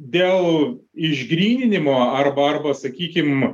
dėl išgryninimo arba arba sakykim